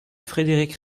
frédéric